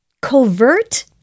covert